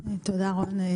תודה, רון.